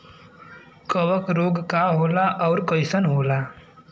कवक रोग का होला अउर कईसन होला?